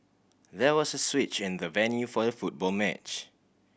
there was a switch in the venue for the football match